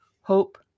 hope